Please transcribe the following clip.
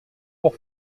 pour